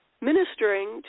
ministering